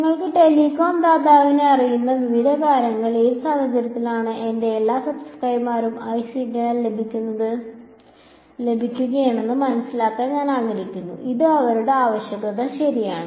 നിങ്ങൾക്ക് ടെലികോം ദാതാവിനെ അറിയാവുന്ന വിവിധ കാര്യങ്ങൾ ഏത് സാഹചര്യത്തിലാണ് എന്റെ എല്ലാ സബ്സ്ക്രൈബർമാർക്കും നല്ല സിഗ്നൽ ശക്തി ലഭിക്കുകയെന്ന് മനസിലാക്കാൻ ഞാൻ ആഗ്രഹിക്കുന്നു അത് ഞങ്ങളുടെ ആവശ്യകത ശരിയാണ്